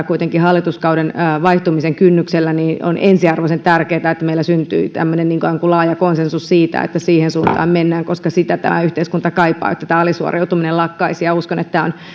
kuitenkin hallituskauden vaihtumisen kynnyksellä niin on ensiarvoisen tärkeätä että meillä syntyy tämmöinen ikään kuin laaja konsensus siitä että siihen suuntaan mennään koska sitä tämä yhteiskunta kaipaa että tämä alisuoriutuminen lakkaisi uskon että tämä on